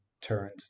turns